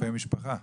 רופאי משפחה.